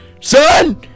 Son